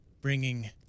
bringing